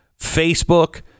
Facebook